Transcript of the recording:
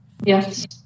Yes